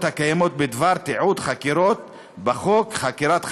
הקיימות בדבר תיעוד חקירות בחוק חקירת חשודים.